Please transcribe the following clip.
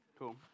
Cool